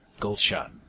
Goldshot